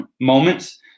moments